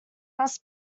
must